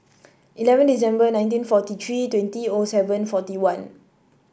eleven December nineteen forty three twenty O seven forty one